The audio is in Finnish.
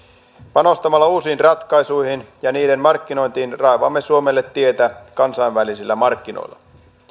panostamalla uusiin ratkaisuihin ja niiden markkinointiin raivaamme suomelle tietä kansainvälisillä markkinoilla